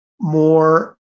more